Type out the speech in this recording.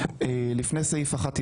לפני סעיף 1 יבוא: